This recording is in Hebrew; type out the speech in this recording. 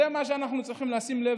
זה מה שאנחנו צריכים לשים לב אליו,